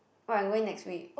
oh I'm going next week